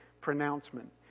pronouncement